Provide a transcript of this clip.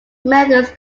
methods